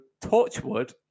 Torchwood